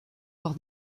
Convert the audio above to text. par